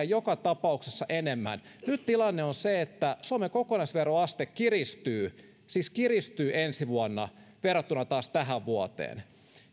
joka tapauksessa enemmän nyt tilanne on se että suomen kokonaisveroaste kiristyy siis kiristyy ensi vuonna verrattuna taas tähän vuoteen